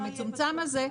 המצומצם הזה,